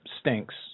stinks